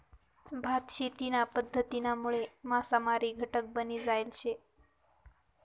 भात शेतीना पध्दतीनामुळे मासामारी घटक बनी जायल शे